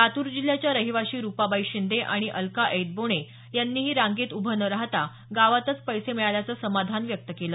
लातूर जिल्ह्याच्या रहिवाशी रुपाबाई शिंदे आणि अलका ऐतबोणे यांनीही रांगेत उभे न राहता गावातच पैसे मिळाल्याच समाधान व्यक्त केलं